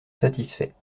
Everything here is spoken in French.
satisfaits